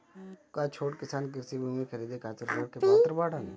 का छोट किसान कृषि भूमि खरीदे खातिर ऋण के पात्र बाडन?